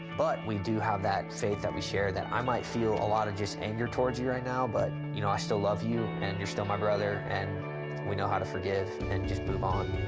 but we do have that faith that we share that i might feel a lot of anger towards you right now, but, you know, i still love you, and you're still my brother, and we know how to forgive and just move on.